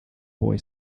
boy